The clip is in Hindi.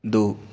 दो